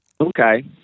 Okay